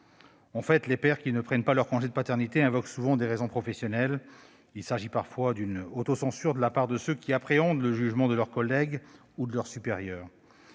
En fait, les pères qui ne prennent pas leur congé de paternité invoquent souvent des raisons professionnelles. Il s'agit parfois d'une autocensure de la part de ceux qui appréhendent le jugement de leurs collègues ou de leurs supérieurs.